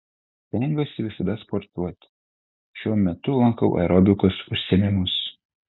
stengiuosi visada sportuoti šiuo metu lankau aerobikos užsiėmimus